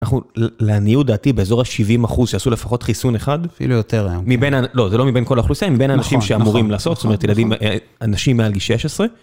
אנחנו, לעניות דעתי באזור ה-70 אחוז שעשו לפחות חיסון אחד. אפילו יותר. לא, זה לא מבין כל האוכלוסייה, זה מבין אנשים שאמורים לעשות, זאת אומרת, ילדים אהה... אנשים מעל גיל 16.